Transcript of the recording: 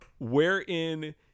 wherein